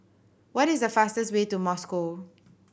what is the fastest way to Moscow